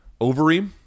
ovary